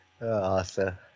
Awesome